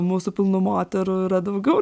mūsų pilnų moterų yra daugiau